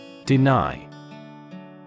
Deny